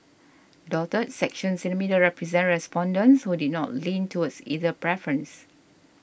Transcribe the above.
dotted sections in the middle represent respondents who did not lean towards either preference